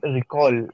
recall